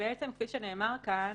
שנאמר כאן,